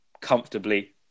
comfortably